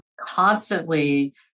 constantly